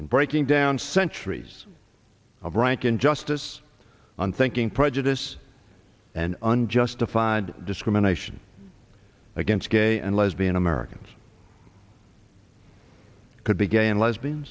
in breaking down centuries of rank injustice on thinking prejudice and unjustified discrimination against gay and lesbian americans could be gay and lesbian